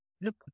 look